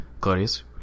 claudius